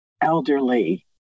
elderly